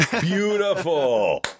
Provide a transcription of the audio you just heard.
Beautiful